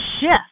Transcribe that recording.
shift